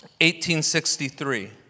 1863